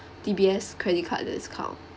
D_B_S credit card discount